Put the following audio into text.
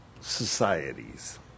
societies